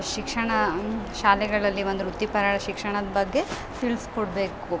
ಶಿಕ್ಷಣ ಶಾಲೆಗಳಲ್ಲಿ ಒಂದು ವೃತ್ತಿಪರ ಶಿಕ್ಷಣದ ಬಗ್ಗೆ ತಿಳಿಸ್ಕೊಡ್ಬೇಕು